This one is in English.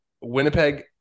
Winnipeg